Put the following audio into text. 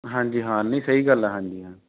ਹਾਂਜੀ ਹਾਂ ਨਹੀਂ ਸਹੀ ਗੱਲ ਆ ਹਾਂਜੀ ਹਾਂ